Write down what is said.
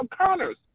Connors